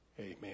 amen